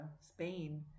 Spain